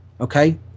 okay